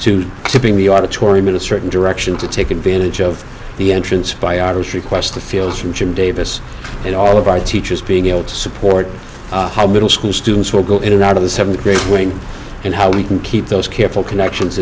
request tipping the auditorium in a certain direction to take advantage of the entrance biography requests the fields from jim davis and all of our teachers being able to support how middle school students will go in and out of the seventh grade ring and how we can keep those careful connections